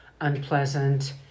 unpleasant